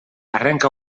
arrenca